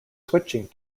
switching